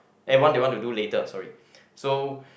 eh what they want to do later sorry so